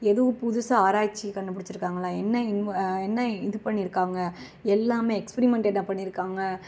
எதுவும் புதுசாக ஆராய்ச்சி கண்டுபிடிச்சிருக்காங்களா என்ன இன்வா என்ன இது பண்ணியிருக்காங்க எல்லாமே எக்ஸ்பிரிமெண்ட் என்ன பண்ணியிருக்காங்க